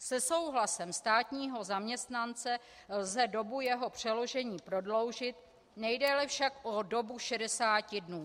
Se souhlasem státního zaměstnance lze dobu jeho přeložení prodloužit, nejdéle však o dobu 60 dnů.